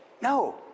No